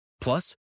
Plus